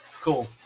Cool